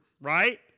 Right